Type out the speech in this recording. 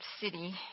city